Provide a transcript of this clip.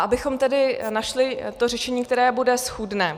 Abychom tedy našli řešení, které bude schůdné.